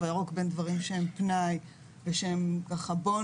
הירוק בין דברים שהם פנאי ושהם בונוס,